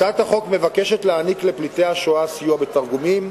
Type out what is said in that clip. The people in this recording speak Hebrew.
הצעת החוק מבקשת להעניק לפליטי השואה סיוע בתרגומים,